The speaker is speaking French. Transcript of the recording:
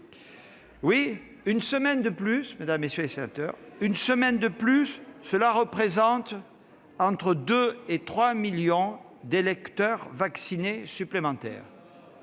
effet, une semaine de plus, cela représente deux à trois millions d'électeurs vaccinés supplémentaires.